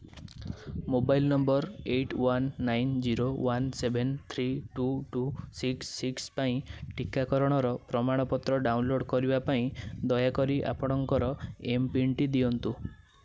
mobile number eight one nine zero one seven three two two six six ପାଇଁ ଟିକାକରଣର ପ୍ରମାଣପତ୍ର ଡାଉନଲୋଡ଼୍ କରିବା ପାଇଁ ଦୟାକରି ଆପଣଙ୍କର ଏମ୍ ପିନ୍ଟି ଦିଅନ୍ତୁ